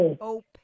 open